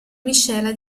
miscela